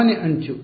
ಸಾಮಾನ್ಯ ಅಂಚು